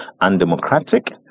undemocratic